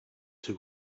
two